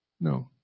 No